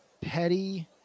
petty